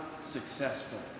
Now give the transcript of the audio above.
successful